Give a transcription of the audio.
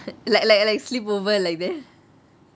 like like like sleepover like that